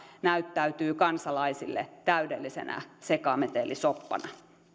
näyttäytyy kansalaisille täydellisenä sekametelisoppana